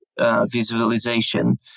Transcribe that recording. Visualization